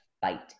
fight